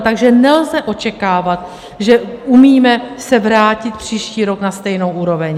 Takže nelze očekávat, že umíme se vrátit příští rok na stejnou úroveň.